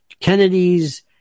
Kennedy's